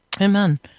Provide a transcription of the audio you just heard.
Amen